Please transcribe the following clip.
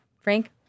Frank